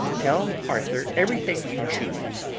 tell arthur everything you choose.